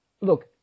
look